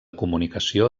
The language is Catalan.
comunicació